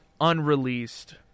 unreleased